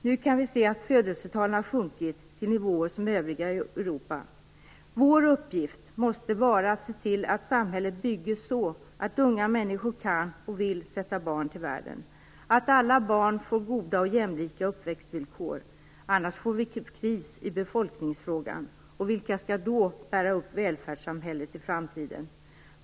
Nu kan vi se att födelsetalen har sjunkit till nivåer som i övriga Europa. Vår uppgift måste vara att se till att samhället byggs så att unga människor kan och vill sätta barn till världen och att alla barn får goda och jämlika uppväxtvillkor, annars får vi kris i befolkningsfrågan. Vilka skall då bära upp välfärdssamhället i framtiden?